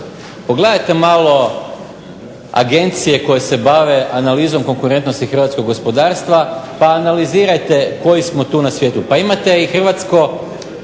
Pogledajte malo agencije koje se bave analizom konkurentnosti hrvatskog gospodarstva pa analizirajte koji smo tu na svijetu. Pa imate i Hrvatsko